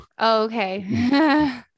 Okay